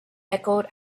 echoed